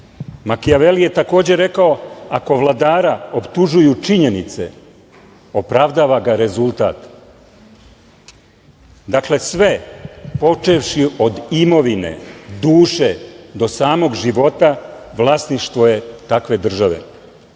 Makijaveli je takođe rekao: „Ako vladara optužuju činjenice, opravdava ga rezultat“. Dakle, sve počevši od imovine, duše, do samog života vlasništvo je takve države.